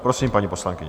Prosím, paní poslankyně.